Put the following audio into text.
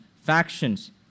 factions